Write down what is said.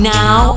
now